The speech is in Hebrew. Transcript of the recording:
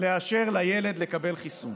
לאשר לילד לקבל חיסון.